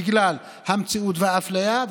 בגלל המציאות והאפליה,